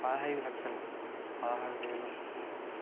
పదహైదు లక్షల పదహారు వేలు